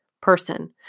person